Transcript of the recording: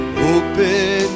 open